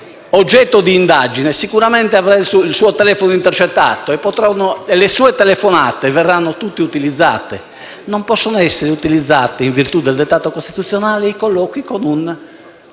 oggetto di indagine avrà il suo telefono intercettato e le sue telefonate verranno tutte utilizzate; non possono essere utilizzati, in virtù del dettato costituzionale, i colloqui con un